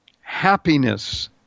happiness